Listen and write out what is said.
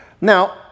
Now